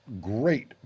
great